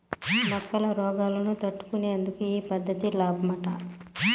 మొక్కల రోగాలను తట్టుకునేందుకు ఈ పద్ధతి లాబ్మట